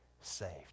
saved